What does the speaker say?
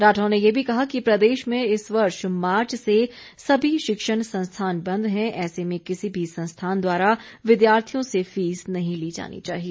राठौर ने भी कहा है कि प्रदेश में इस वर्ष मार्च से सभी शिक्षण संस्थान बंद हैं ऐसे में किसी भी संस्थान द्वारा विद्यार्थियों से फीस नहीं ली जानी चाहिए